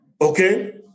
Okay